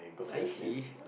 I see